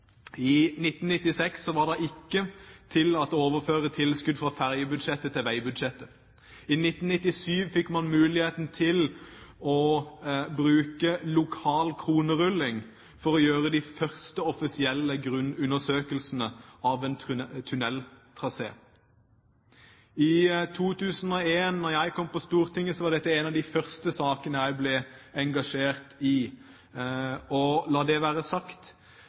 I 1996 var det ikke tillatt å overføre tilskudd fra ferjebudsjettet til veibudsjettet. I 1997 fikk man muligheten til å bruke lokal kronerulling for å gjøre de første offisielle grunnundersøkelsene av en tunneltrasé. I 2001, da jeg kom på Stortinget, var dette en av de første sakene jeg ble engasjert i. La det være sagt: